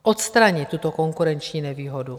Odstranit tuto konkurenční nevýhodu.